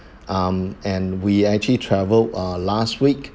um and we actually travel ah last week